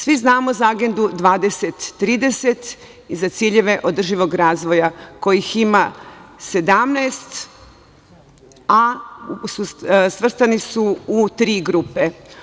Svi znamo za Agendu 2030 i za ciljeve održivog razvoja kojih ima 17, a svrstani su u tri grupe.